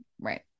Right